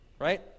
right